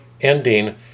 ending